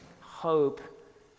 hope